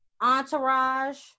Entourage